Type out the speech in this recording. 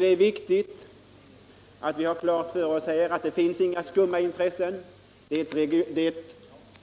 Det är viktigt att vi har klart för oss att det inte finns några skumma intressen i detta sammanhang.